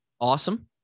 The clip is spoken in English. Awesome